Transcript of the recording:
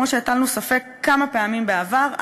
כמו שהטלנו ספק כמה פעמים בעבר,